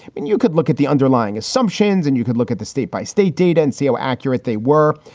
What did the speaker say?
and you could look at the underlying assumptions and you could look at the state by state data and see how accurate they were.